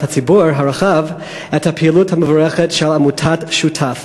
הציבור הרחב את הפעילות המבורכת של עמותת "שותף".